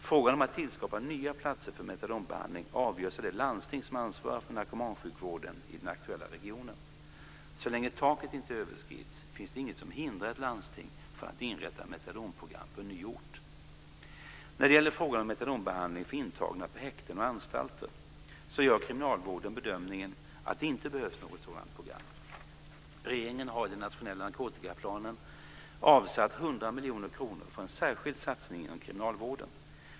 Frågan om att tillskapa nya platser för metadonbehandling avgörs av det landsting som ansvarar för narkomansjukvården i den aktuella regionen. Så länge taket inte överskrids finns det inget som hindrar ett landsting från att inrätta metadonprogram på en ny ort. När det gäller frågan om metadonbehandling för intagna på häkten och anstalter gör kriminalvården bedömningen att det inte behövs något sådant program. Regeringen har i den nationella narkotikahandlingsplanen avsatt 100 miljoner kronor för en särskild satsning inom kriminalvården.